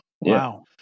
Wow